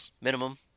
minimum